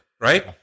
right